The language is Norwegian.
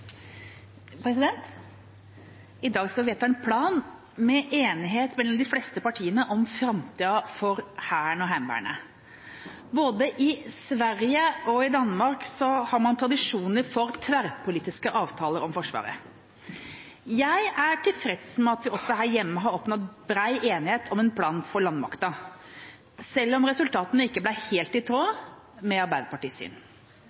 I dag skal vi vedta en plan, med enighet mellom de fleste partiene, om framtida for Hæren og Heimevernet. Både i Sverige og i Danmark har man tradisjoner for tverrpolitiske avtaler om forsvaret. Jeg er tilfreds med at vi også her hjemme har oppnådd bred enighet om en plan for landmakten, selv om resultatene ikke ble helt i tråd med Arbeiderpartiets syn.